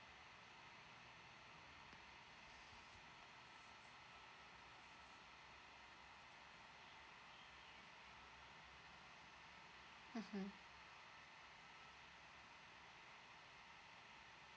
mmhmm